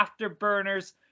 afterburners